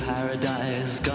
Paradise